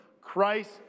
Christ